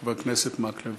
חבר הכנסת מקלב.